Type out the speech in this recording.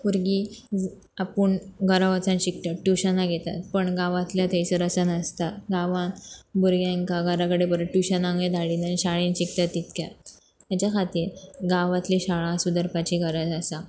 भुरगीं आपूण घरा वचन शिकतात ट्युशना घेतात पण गांवांतल्या थंयसर अशें नासता गांवांत भुरग्यांकां घर कडेन बरें ट्युशनाकूय धाडिननी शाळेन शिकतात तितक्या हेच्या खातीर गांवांतली शाळा सुदरपाची गरज आसा